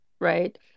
right